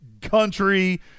country